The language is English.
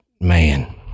man